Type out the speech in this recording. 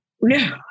no